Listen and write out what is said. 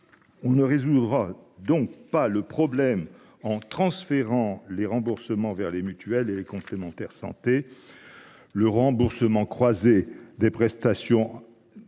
ne résoudrons donc pas le problème en transférant les remboursements vers les mutuelles et les complémentaires santé. Le remboursement croisé des prestations